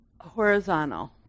horizontal